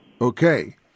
Okay